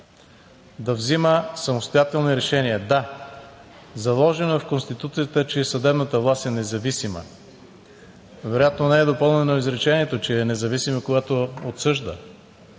да взима самостоятелни решения. Да, заложено е в Конституцията, че съдебната власт е независима. Вероятно не е допълнено изречението, че е независима, когато отсъжда.